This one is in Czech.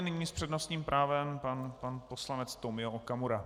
Nyní s přednostním právem pan poslanec Tomio Okamura.